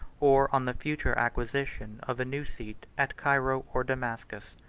or on the future acquisition of a new seat at cairo or damascus.